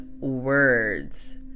words